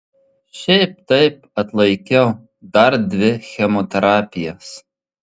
šiaip taip atlaikiau dar dvi chemoterapijas